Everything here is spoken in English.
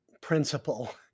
principle